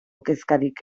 kezkarik